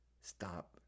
stop